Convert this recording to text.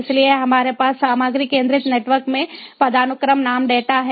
इसलिए हमारे पास सामग्री केंद्रित नेटवर्क में पदानुक्रम नाम डेटा है